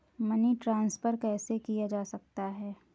Money transfer कैसे किया जा सकता है?